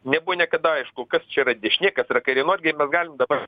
nebuvo niekada aišku kas čia yra dešinė kas yra kairė nu argi mes galim dabar